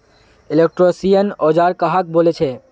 Electrician औजार कहाक बोले छे?